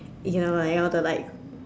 you know like all the like